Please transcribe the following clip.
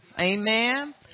Amen